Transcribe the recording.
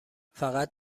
فقط